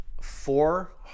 four